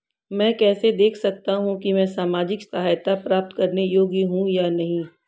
मैं कैसे देख सकता हूं कि मैं सामाजिक सहायता प्राप्त करने योग्य हूं या नहीं?